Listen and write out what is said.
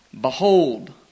Behold